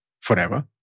forever